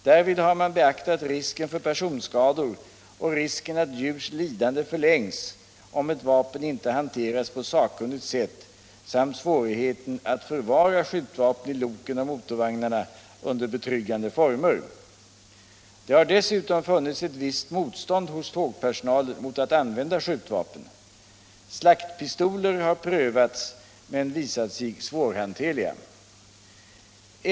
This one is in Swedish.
Därvid har man beaktat risken för personskador och risken att djurs lidande förlängs om ett vapen inte hanteras på sakkunnigt sätt samt svårigheten att förvara skjutvapen i loken och motorvagnarna under betryggande former. Det har dessutom funnits ett visst motstånd hos tågpersonalen mot att använda skjutvapen. Slaktpistoler har prövats men visat sig svårhanterliga.